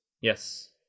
Yes